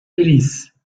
ellis